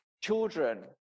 children